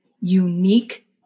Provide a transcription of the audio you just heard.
unique